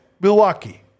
Milwaukee